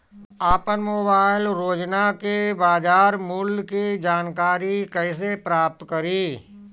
आपन मोबाइल रोजना के बाजार मुल्य के जानकारी कइसे प्राप्त करी?